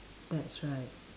that's right